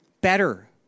better